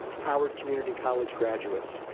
howard community college graduates.